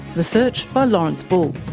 research by lawrence bull,